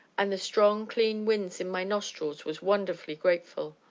and the strong, clean wind in my nostrils was wonderfully grateful.